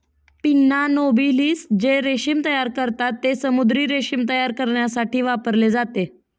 pinna nobilis जे रेशीम तयार करतात, ते समुद्री रेशीम तयार करण्यासाठी वापरले जाते